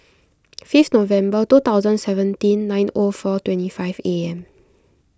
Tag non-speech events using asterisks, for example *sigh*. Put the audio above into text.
*noise* fifth November two thousand seventeen nine O four twenty five A M